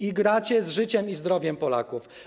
Igracie z życiem i zdrowiem Polaków.